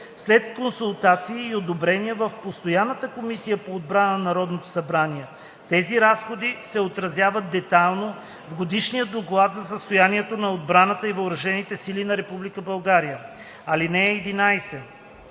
след консултации и одобрение в постоянната комисия по отбрана в Народното събрание. Тези разходи се отразяват детайлно в Годишния доклад за състоянието на отбраната и Въоръжените сили на Република